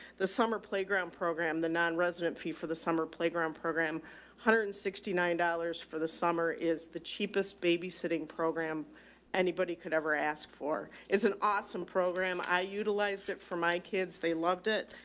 the summer playground program, the non resident fee for the summer playground program, one hundred and sixty nine dollars for the summer is the cheapest babysitting program anybody could ever ask for. it's an awesome program. i utilized it for my kids. they loved it.